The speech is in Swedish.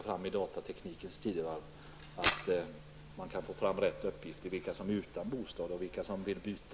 Men i datateknikens tidevarv kan man enkelt plocka fram uppgifter på vilka som är utan bostad och vilka som bara vill byta.